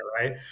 right